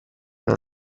non